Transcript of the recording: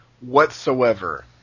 whatsoever